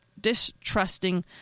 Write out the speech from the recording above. distrusting